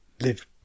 live